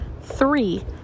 Three